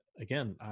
again